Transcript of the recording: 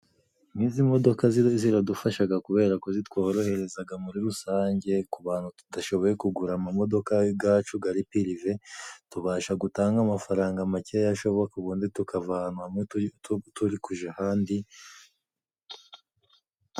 N'izi modoka ziradufasha kubera ko zitworohereza muri rusange, ku bantu tudashoboye kugura imodoka zacu ziri pirive. Tubasha gutanga amafaranga makeya ashoboka, ubundi tukava ahantu hamwe turi kujya ahandi.